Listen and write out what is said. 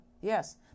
yes